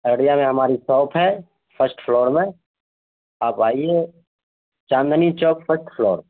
اڈیا میں ہماری شاپ ہے فسٹ فلور میں آپ آئیے چاندنی چوک فسٹ فلور